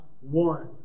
one